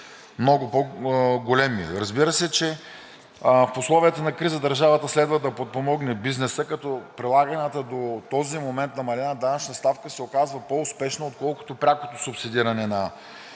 много големи. Разбира се, че в условията на криза държавата следва да подпомогне бизнеса, като прилаганата до този момент намалена данъчна ставка, се оказва по-успешна, отколкото прякото субсидиране на